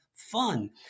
fun